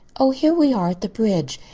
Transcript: oh, here we are at the bridge.